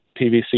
PVC